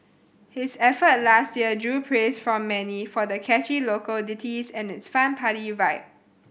his effort last year drew praise from many for the catchy local ditties and its fun party vibe